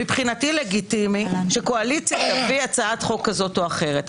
מבחינתי לגיטימי שקואליציה תביא הצעת חוק כזאת או אחרת,